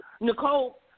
Nicole